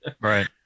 Right